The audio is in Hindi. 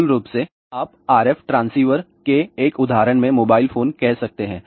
मूल रूप से आप RF ट्रांसीवर के एक उदाहरण में मोबाइल फोन कह सकते हैं